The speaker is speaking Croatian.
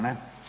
Ne?